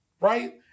right